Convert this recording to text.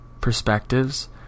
perspectives